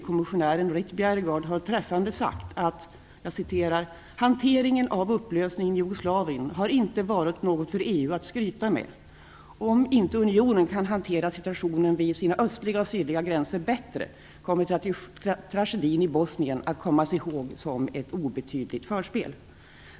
kommissionären Ritt Bjerregaard har träffande sagt: Hanteringen av upplösningen i Jugoslavien har inte varit något för EU att skryta med. Om inte unionen kan hantera situationen vid sina östliga och sydliga gränser bättre kommer tragedin i Bosnien att kommas ihåg som ett obetydligt förspel.